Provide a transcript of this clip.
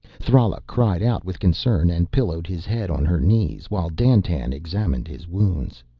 thrala cried out with concern and pillowed his head on her knees while dandtan examined his wounds.